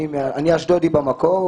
אני אשדודי במקור.